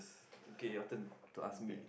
okay your turn to ask me